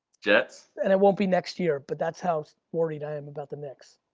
jets? and it won't be next year, but that's how worried i am about the knicks.